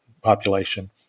population